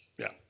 yeah.